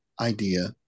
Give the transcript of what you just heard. idea